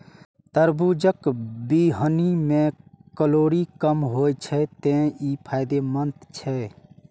तरबूजक बीहनि मे कैलोरी कम होइ छै, तें ई फायदेमंद छै